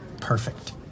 perfect